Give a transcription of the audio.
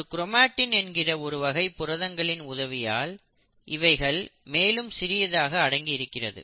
ஒரு க்ரோமாட்டின் என்கின்ற ஒரு வகை புரதங்களின் உதவியால் இவைகள் மேலும் சிறியதாக அடங்கி இருக்கிறது